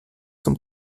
zum